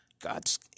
God's